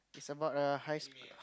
is about a high school